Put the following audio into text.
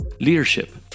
leadership